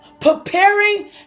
Preparing